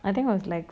I think was like